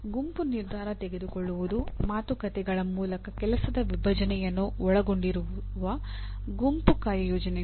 ಗುಂಪು ನಿರ್ಧಾರ ತೆಗೆದುಕೊಳ್ಳುವುದು ಮಾತುಕತೆಗಳ ಮೂಲಕ ಕೆಲಸದ ವಿಭಜನೆಯನ್ನು ಒಳಗೊಂಡಿರುವ ಗುಂಪು ಕಾರ್ಯಯೋಜನೆಗಳು